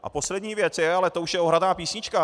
A poslední věc je ale to už je ohraná písnička.